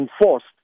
enforced